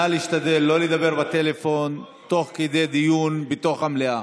נא להשתדל לא לדבר בטלפון תוך כדי דיון בתוך המליאה.